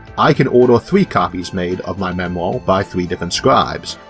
i can order three copies made of my memoir by three different scribes,